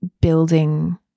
building